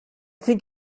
think